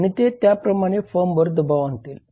आणि ते त्याप्रमाणे फर्मवर दबाव आणतील